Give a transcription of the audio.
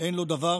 אין דבר